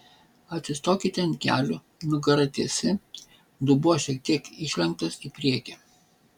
atsistokite ant kelių nugara tiesi dubuo šiek tiek išlenktas į priekį